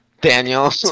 Daniel